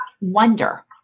wonder